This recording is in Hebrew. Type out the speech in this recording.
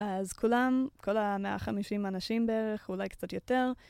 אז כולם, כל המאה החמישים אנשים בערך, אולי קצת יותר.